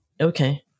Okay